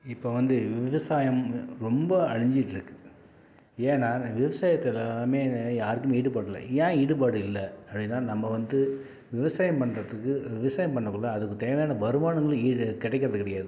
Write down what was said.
இப்போ வந்து விவசாயம் ரொம்ப அழிஞ்சிட்ருக்கு ஏன்னா விவசாயத்துலலாமே யாருக்குமே ஈடுபாடு இல்லை ஏன் ஈடுபாடு இல்லை அப்படின்னா நம்ம வந்து விவசாயம் பண்ணுறதுக்கு விவசாயம் பண்ணக்குள்ளே அதுக்கு தேவையான வருமானங்களும் ஈடு கிடைக்கிறது கிடையாது